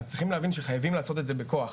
אז צריכים להבין שחייבים לעשות את זה בכוח.